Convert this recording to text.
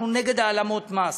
אנחנו נגד העלמות מס,